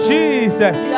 Jesus